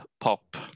pop